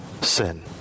sin